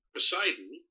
Poseidon